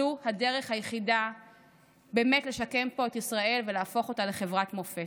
זאת הדרך היחידה לשקם פה את ישראל ולהפוך אותה לחברת מופת.